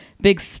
big